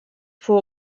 fou